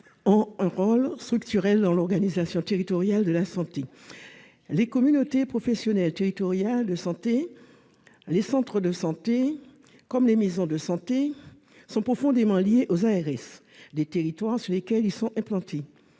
jouent un rôle structurel dans l'organisation territoriale de la santé. Les communautés professionnelles territoriales de santé, les CPTS, les centres de santé et les maisons de santé sont ainsi profondément liés aux ARS des territoires sur lesquels ils sont implantés.